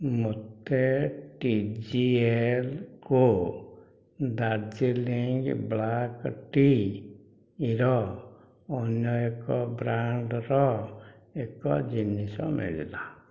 ମୋତେ TGL Co Darjeeling black ଟିର ଅନ୍ୟ ଏକ ବ୍ରାଣ୍ଡ୍ର ଏକ ଜିନିଷ ମିଳିଲା